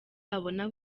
abona